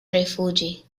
rifuĝi